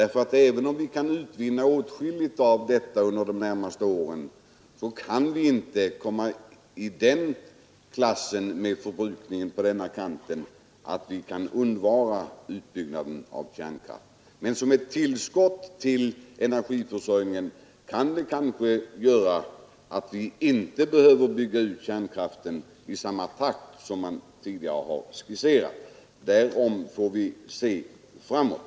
Även om vi kan utvinna åtskilligt ur det projektet under de närmaste åren kan vi inte komma upp till sådan nivå i förhållande till energiförbrukningen att vi kan undvara utbyggnaden av kärnkraftverk. Men som ett tillskott till energiförsörjningen kan Ritsem kanske bidra till att vi inte behöver bygga ut kärnkraftverk i den takt som man tidigare har skisserat. På den punkten får vi se framåt.